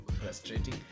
frustrating